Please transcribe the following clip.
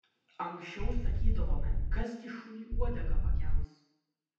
anksčiau sakydavome kas gi šuniui uodegą pakels